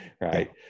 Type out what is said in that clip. right